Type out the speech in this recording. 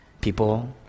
people